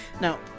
Now